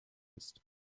ist